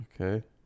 okay